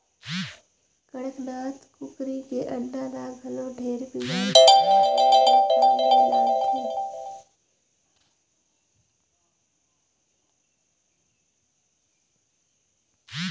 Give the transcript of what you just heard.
कड़कनाथ कुकरी के अंडा ल घलो ढेरे बेमारी कर दवई बर काम मे लानथे